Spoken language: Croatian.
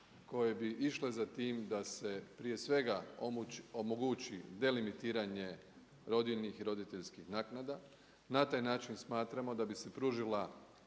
koje bi išle za tim da se prije svega omogući delimitiranje rodiljnih i roditeljskih naknada. Na taj način smatramo da bi se pružila